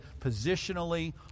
positionally